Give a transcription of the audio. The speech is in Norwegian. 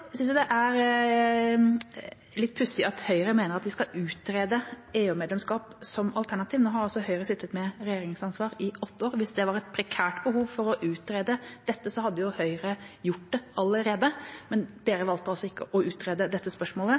Jeg synes det er litt pussig at Høyre mener vi skal utrede EU-medlemskap som alternativ. Nå har altså Høyre sittet med regjeringsansvar i åtte år. Hvis det var et prekært behov for å utrede dette, hadde Høyre gjort det allerede. Men de valgte altså ikke å utrede dette spørsmålet.